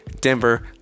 Denver